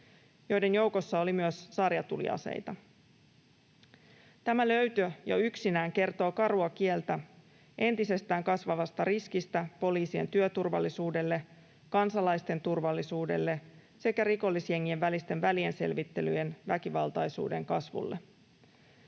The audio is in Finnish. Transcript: joiden joukossa oli myös sarjatuliaseita. Tämä löytö jo yksinään kertoo karua kieltä entisestään kasvavasta riskistä poliisien työturvallisuudelle, kansalaisten turvallisuudelle sekä rikollisjengien välisten välienselvittelyjen väkivaltaisuuden kasvulle.